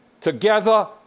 Together